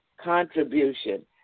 contribution